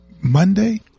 Monday